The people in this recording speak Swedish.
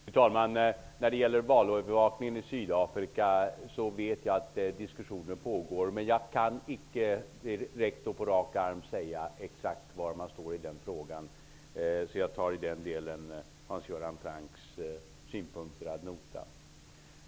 Fru talman! När det gäller valövervakningen i Sydafrika vet jag att diskussioner pågår. Jag kan inte på rak arm säga exakt var man står i den frågan. Jag tar i den delen Hans Göran Francks synpunkter ad notam.